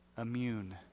immune